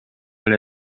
эле